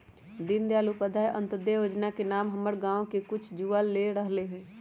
दीनदयाल उपाध्याय अंत्योदय जोजना के नाम हमर गांव के कुछ जुवा ले रहल हइ